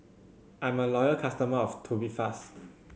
I'm a loyal customer of Tubifast